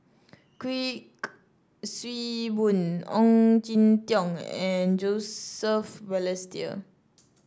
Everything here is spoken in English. Kuik Swee Boon Ong Jin Teong and Joseph Balestier